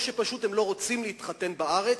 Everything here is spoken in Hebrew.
או שפשוט הם לא רוצים להתחתן בארץ,